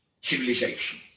civilization